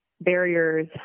barriers